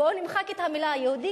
ובואו ונמחק את המלה "יהודית",